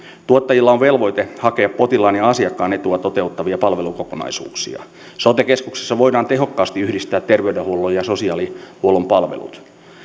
tuottajilla on velvoite hakea potilaan ja asiakkaan etua toteuttavia palvelukokonaisuuksia sote keskuksissa voidaan tehokkaasti yhdistää terveydenhuollon ja sosiaalihuollon palvelut